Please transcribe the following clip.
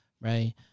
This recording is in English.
right